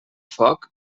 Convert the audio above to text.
foc